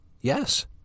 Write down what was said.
Yes